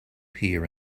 here